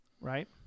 right